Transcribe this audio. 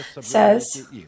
says